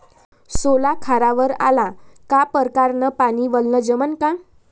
सोला खारावर आला का परकारं न पानी वलनं जमन का?